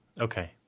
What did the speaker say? Okay